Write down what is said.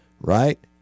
right